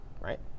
Right